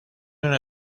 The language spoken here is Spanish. una